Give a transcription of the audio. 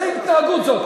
איזו התנהגות זאת?